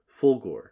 Fulgore